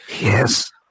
Yes